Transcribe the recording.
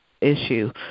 issue